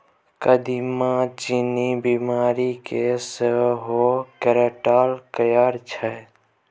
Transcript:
कदीमा चीन्नी बीमारी केँ सेहो कंट्रोल करय छै